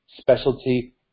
specialty